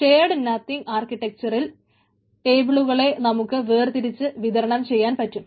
shared nothing ആർക്കിടെക്ചറിൽ ടേബിളുകളെ നമുക്ക് വേർതിരിച്ച് വിതരണം ചെയ്യാൻ പറ്റും